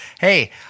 Hey